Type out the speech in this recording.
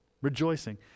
rejoicing